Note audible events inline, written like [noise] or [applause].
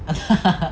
[laughs]